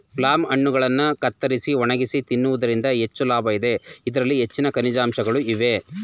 plum ಹಣ್ಣುಗಳನ್ನು ಕತ್ತರಿಸಿ ಒಣಗಿಸಿ ತಿನ್ನುವುದರಿಂದ ಹೆಚ್ಚು ಲಾಭ ಇದೆ, ಇದರಲ್ಲಿ ಹೆಚ್ಚಿನ ಖನಿಜಾಂಶಗಳು ಇವೆ